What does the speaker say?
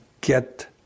get